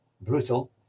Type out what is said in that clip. brutal